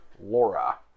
Laura